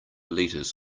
liters